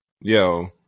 Yo